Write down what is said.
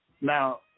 Now